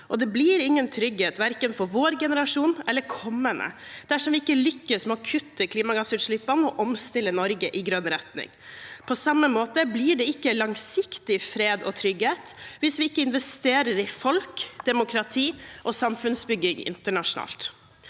Det blir ingen trygghet for verken vår generasjon eller kommende dersom vi ikke lykkes med å kutte klimagassutslippene og omstiller Norge i grønn retning. På samme måte blir det ikke langsiktig fred og trygghet hvis vi ikke investerer i folk, demokrati og samfunnsbygging internasjonalt.